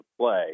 play